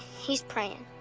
he's praying.